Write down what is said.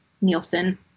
Nielsen